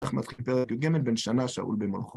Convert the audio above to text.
אנחנו מתחילים בפרק י"ג, בן שנה שאול במולכו.